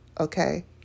Okay